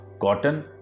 cotton